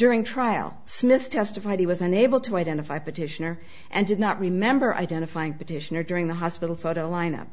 during trial smith testified he was unable to identify petitioner and did not remember identifying petitioner during the hospital photo lineup